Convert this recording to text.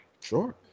Sure